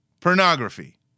pornography